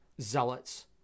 zealots